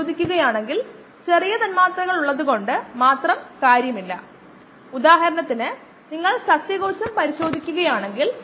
3 min ഇത് m ആയിരിക്കണം 12000 kilogram സെക്കൻഡിൽ 15 കിലോഗ്രാം അല്ലെങ്കിൽ 800 സെക്കൻഡ് അല്ലെങ്കിൽ 13